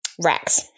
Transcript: Rex